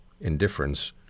indifference